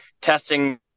testing